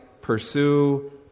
pursue